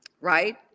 right